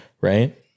right